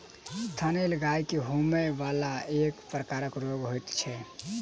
थनैल गाय के होमय बला एक प्रकारक रोग होइत छै